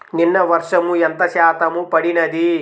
నిన్న వర్షము ఎంత శాతము పడినది?